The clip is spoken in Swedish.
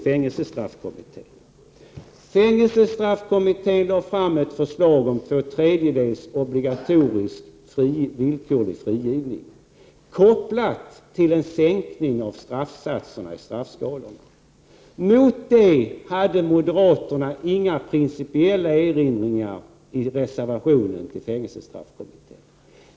Fängelsestraffkommittén lade fram ett förslag om två tredjedelars obligatorisk villkorlig frigivning, kopplat till en sänkning av straffsatserna. Mot det hade moderaterna inga principiella erinringar i reservationen till fängelsestraffkommitténs betänkande.